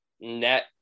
net